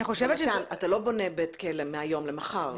אבל אתה לא בונה בית כלא מהיום למחר.